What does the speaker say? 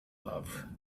love